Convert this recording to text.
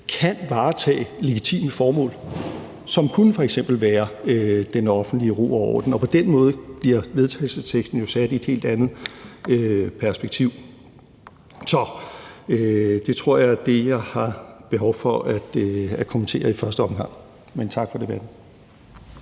kan varetage legitime formål, som f.eks. kunne være den offentlige ro og orden. På den måde bliver vedtagelsesteksten jo sat i et helt andet perspektiv. Det tror jeg er det, jeg i første omgang har behov for at kommentere. Tak for debatten.